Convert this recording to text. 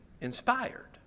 inspired